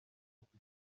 ufite